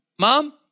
mom